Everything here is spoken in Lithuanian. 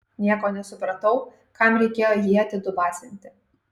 nieko nesupratau kam reikėjo jį atidubasinti